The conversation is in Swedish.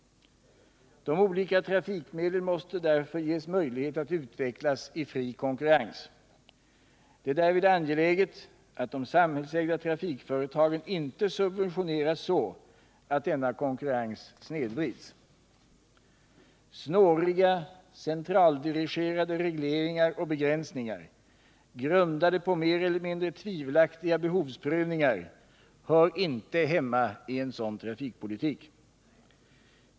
De olika trafikmedlen måste därför ges möjlighet att utvecklas i fri konkurrens. Det är därvid angeläget att de samhällsägda trafikföretagen inte subventioneras så, att denna konkurrens snedvrids. Snåriga centraldirigerade regleringar och begränsningar, grundade på mer eller mindre tvivelaktiga behovsprövningar, hör inte hemma i en sådan trafikpolitik.